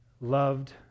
loved